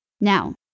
Now